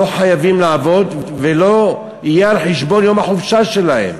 לא חייבים לעבוד וזה לא יהיה על חשבון יום החופשה שלהם?